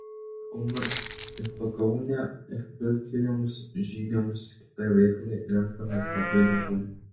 kauną ir pakaunę ekskursijoms žygiams kitai veiklai renkamės labai dažnai